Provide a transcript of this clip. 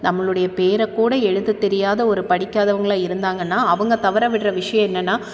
நம்மளுடைய பேரைக்கூட எழுதத் தெரியாத ஒரு படிக்காதவங்களாக இருந்தாங்கன்னால் அவங்க தவற விடுற விஷயம் என்னென்னால்